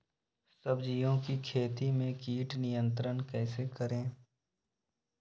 सब्जियों की खेती में कीट नियंत्रण कैसे करें?